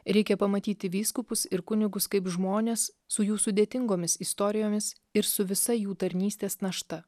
reikia pamatyti vyskupus ir kunigus kaip žmones su jų sudėtingomis istorijomis ir su visa jų tarnystės našta